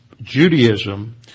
Judaism